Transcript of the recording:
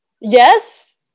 Yes